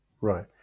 Right